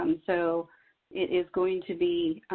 um so it is going to be